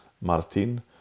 Martin